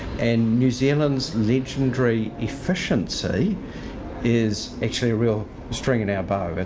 and new zealand's legendary efficiency is actually real string in our bow. but